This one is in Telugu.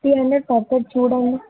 త్రీ హండ్రెడ్ పడుతుంది చూడండి